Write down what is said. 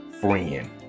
friend